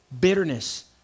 bitterness